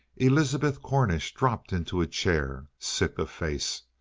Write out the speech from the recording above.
elizabeth cornish dropped into a chair, sick of face.